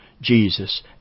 Jesus